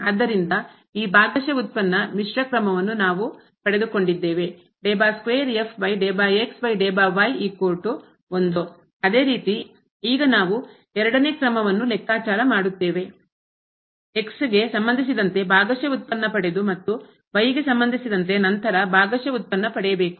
ಆದ್ದರಿಂದ ಈ ಭಾಗಶಃ ವ್ಯುತ್ಪನ್ನ ಮಿಶ್ರ ಕ್ರಮವನ್ನು ನಾವು ಪಡೆದುಕೊಂಡಿದ್ದೇವೆ ಅದೇ ರೀತಿ ಈಗ ನಾವು ಎರಡನೇ ಕ್ರಮವನ್ನು ಲೆಕ್ಕಾಚಾರ ಮಾಡುತ್ತೇವೆ ಗೆ ಸಂಬಂಧಿಸಿದಂತೆ ಭಾಗಶಃ ವ್ಯುತ್ಪನ್ನ ಪಡೆದು ಮತ್ತು ಗೆ ಸಂಬಂಧಿಸಿದಂತೆ ನಂತರ ಭಾಗಶಃ ವ್ಯುತ್ಪನ್ನ ಪಡೆಯಬೇಕು